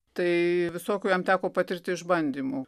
tai visokių jam teko patirti išbandymų